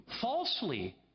falsely